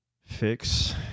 fix